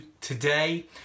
today